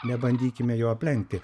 nebandykime jo aplenkti